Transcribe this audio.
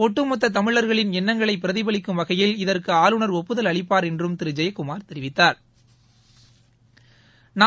ஒட்டுமொத்த தமிழ்களின் எண்ணங்களை பிரதிபலிக்கும் வகையில் இதற்கு ஆளுநர் ஒப்புதல் அளிப்பாா் என்றும் திரு ஜெயக்குமாா் தெரிவித்தாா்